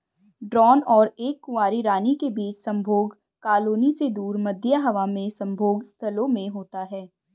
drone और एक कुंवारी रानी के बीच संभोग कॉलोनी से दूर, मध्य हवा में संभोग स्थलों में होता है